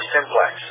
Simplex